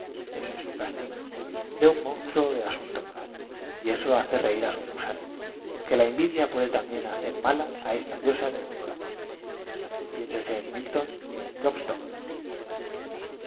acaba por inficionarse ese es su castigo de un monstruo de asunto moral y eso hace re ír á su musa porque la envidia puede también hacer m ala á esta diosa de buen corazón piénsese en milton y en elopstock